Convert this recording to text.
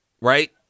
right